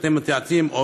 שאתם מתייעצים,